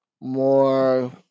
more